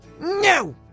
No